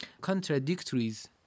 contradictories